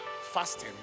fasting